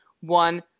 one